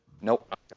Nope